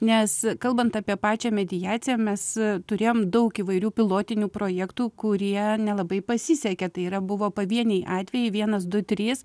nes kalbant apie pačią mediaciją mes turėjom daug įvairių pilotinių projektų kurie nelabai pasisekė tai yra buvo pavieniai atvejai vienas du trys